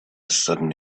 sudden